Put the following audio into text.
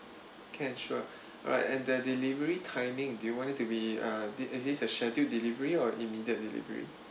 can sure alright and the delivery timing do you want it to be uh did it as schedule delivery or immediate delivery